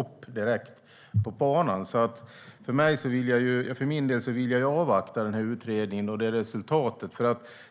upp direkt. För min del vill jag avvakta utredningens resultat.